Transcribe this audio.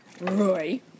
Roy